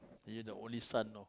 you are the only son you know